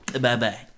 Bye-bye